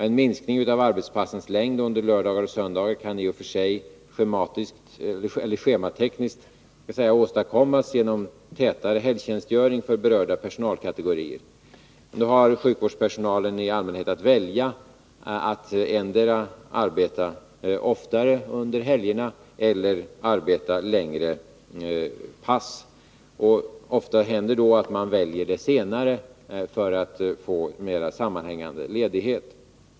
En minskning av arbetspassens längd under lördagar och söndagar kan i och för sig schematekniskt åstadkommas genom tätare helgtjänstgöring för berörda personalkategorier. Sjukvårdspersonalen har i allmänhet att välja mellan att endera arbeta oftare under helgerna eller arbeta längre pass. Ofta väljer man det senare för att få mer sammanhängande ledighet.